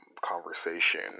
conversation